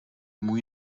můj